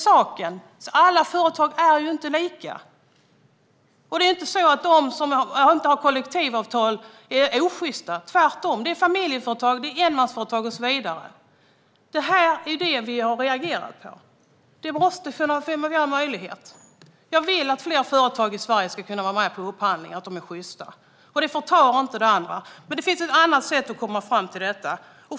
Men alla företag är inte lika. Det är inte så att de företag som inte har kollektivavtal är osjysta. Tvärtom är det fråga om familjeföretag, enmansföretag och så vidare. Det är vad vi har reagerat på. Det måste finnas fler möjligheter. Jag vill att fler företag i Sverige ska kunna vara med i upphandlingar. Men det finns andra sätt att komma fram till detta.